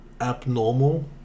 abnormal